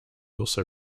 also